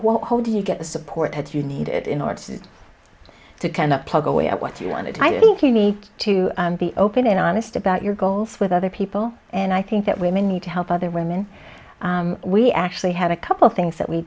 whoa whoa did you get the support that you needed in order to kind of tug away at what you wanted i think you need to be open and honest about your goals with other people and i think that women need to help other women we actually had a couple things that we